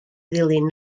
ddilyn